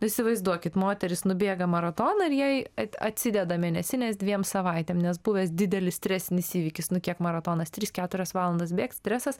nu įsivaizduokit moteris nubėga maratoną ir jai atsideda mėnesinės dviem savaitėm nes buvęs didelis stresinis įvykis nu kiek maratonas tris keturias valandas bėgt stresas